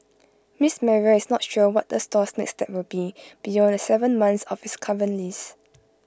miss Maria is not sure what the store's next step will be beyond the Seven months of its current lease